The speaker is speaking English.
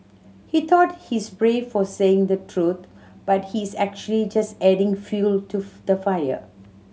he thought he's brave for saying the truth but he's actually just adding fuel to the fire